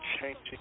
changing